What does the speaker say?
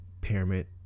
pyramid